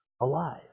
alive